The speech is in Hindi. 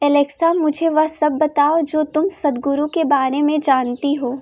एलेक्सा मुझे वह सब बताओ जो तुम सदगुरु के बारे में जानती हो